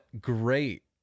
great